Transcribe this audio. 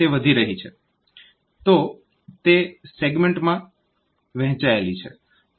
તો તે સેગમેન્ટમાં વહેંચાયેલી છે